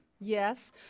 Yes